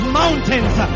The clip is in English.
mountains